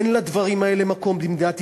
אין לדברים האלה מקום במדינת ישראל,